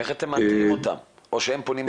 איך אתם מאתרים אותם או שהם פונים אליכם?